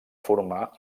formar